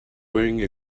wearing